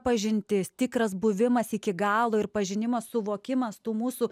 pažintis tikras buvimas iki galo ir pažinimas suvokimas tų mūsų